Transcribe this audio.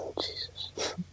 Jesus